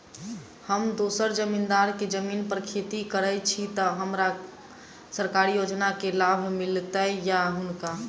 हम दोसर जमींदार केँ जमीन पर खेती करै छी तऽ की हमरा सरकारी योजना केँ लाभ मीलतय या हुनका?